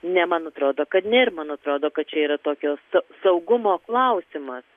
ne man atrodo kad ne ir man atrodo kad čia yra tokios saugumo klausimas